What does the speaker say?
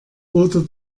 oder